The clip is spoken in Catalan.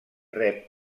rep